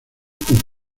con